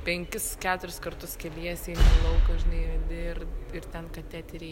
penkis keturis kartus keliesi eini į lauką žinai vedi ir ir ten kateterį